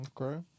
okay